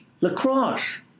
lacrosse